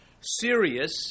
serious